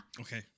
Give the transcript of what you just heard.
Okay